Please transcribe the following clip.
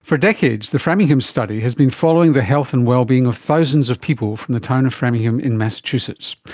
for decades the framingham study has been following the health and well-being of thousands of people from the town of framingham in massachusetts.